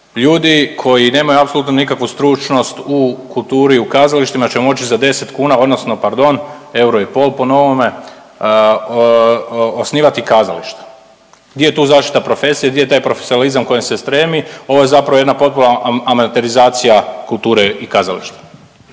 ljudi koji nemaju apsolutno nikakvu stručnost u kulturi, u kazalištima će moći za 10 kuna odnosno pardon euro i pol po novome osnivati kazališta, gdje je tu zaštita profesije, gdje je taj profesionalizam kojem se stremi? Ovo je zapravo jedna potpuna amaterizacija kulture i kazališta.